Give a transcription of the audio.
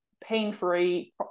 pain-free